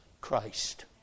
Christ